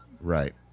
Right